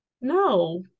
No